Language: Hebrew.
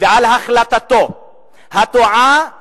ועל החלטתו הטועה ומטעה.